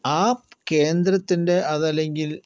ആ കേന്ദ്രത്തിന്റെ അതല്ലെങ്കിൽ